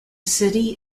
city